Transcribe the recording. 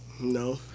No